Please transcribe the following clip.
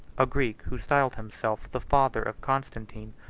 a greek, who styled himself the father of constantine,